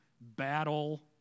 battle